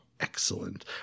Excellent